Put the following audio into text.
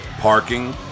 Parking